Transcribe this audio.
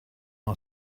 our